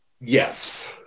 Yes